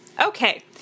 Okay